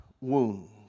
wounds